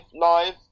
Live